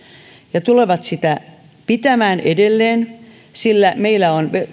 ja tulevat sitä pitämään edelleen sillä meillä on